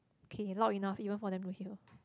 K loud enough even for them to hear